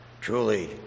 Truly